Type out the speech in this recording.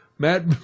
Matt